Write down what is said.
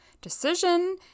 decision